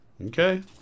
Okay